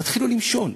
תתחילו למשול.